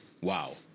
wow